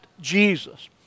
Jesus